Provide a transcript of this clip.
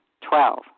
Twelve